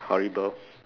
horrible